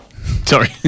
sorry